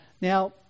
Now